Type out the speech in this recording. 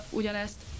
ugyanezt